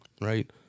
Right